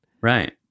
Right